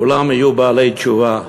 כולם יהיו בעלי תשובה,